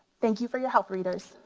thank you for your help readers.